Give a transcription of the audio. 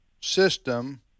system